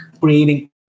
creating